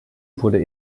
wurde